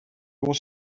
was